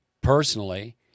personally